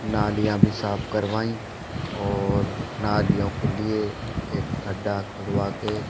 नालियाँ भी साफ़ करवाईं और नालियों के लिए एक खड्डा खुदवाकर